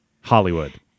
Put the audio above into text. Hollywood